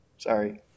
Sorry